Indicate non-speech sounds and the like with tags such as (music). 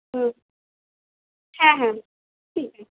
হুম হ্যাঁ হ্যাঁ (unintelligible)